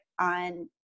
on